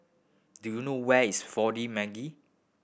do you know where is Four D Magi